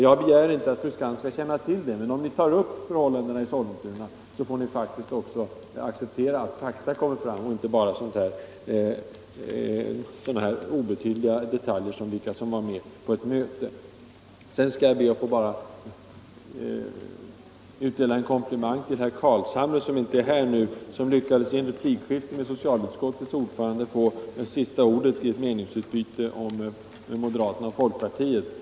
Jag begär inte att fru Skantz skall känna till detta, men om ni tar upp förhållandena i Sollentuna får ni faktiskt också acceptera att fakta kommer fram och inte bara sådana struntsaker som vilka som var med på ett möte. Sedan skall jag be att få ge en komplimang till herr Carlshamre, som inte är här nu. Han lyckades med att i ett replikskifte med socialutskottets ordförande få sista ordet i ett meningsutbyte om moderaterna och folkpartiet.